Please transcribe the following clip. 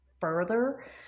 further